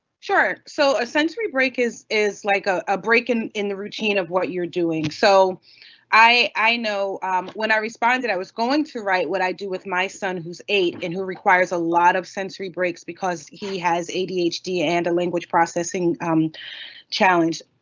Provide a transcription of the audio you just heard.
sure. so a sensory break is is like a a break in in the routine of what you're doing. so i know when i responded i was going to write what i do with my son who's eight and who requires a lot of sensory breaks because he has adhd and a language processing challenge.